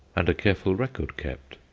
and a careful record kept.